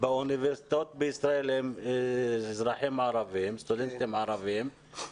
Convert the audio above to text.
באוניברסיטאות בישראל הם אזרחים ערבים,